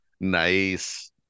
nice